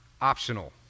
optional